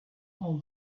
all